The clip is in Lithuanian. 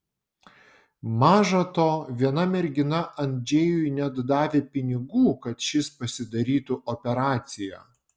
maža to viena mergina andžejui net davė pinigų kad šis pasidarytų operaciją